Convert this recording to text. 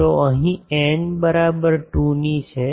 તો અહીં n બરાબર 2 ની છે